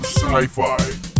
Sci-Fi